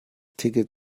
ticket